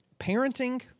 Parenting